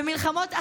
מלחמות אחים,